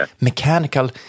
mechanical